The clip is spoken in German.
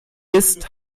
ist